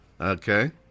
Okay